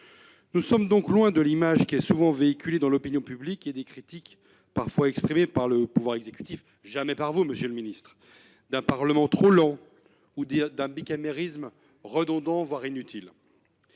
Nous sommes donc loin de l'image qui est souvent véhiculée dans l'opinion publique et des critiques parfois exprimées par le pouvoir exécutif- jamais par vous, monsieur le ministre-d'un Parlement trop lent ou d'un bicamérisme redondant, voire inutile.